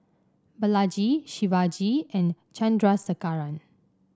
Balaji Shivaji and Chandrasekaran